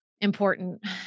important